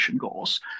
goals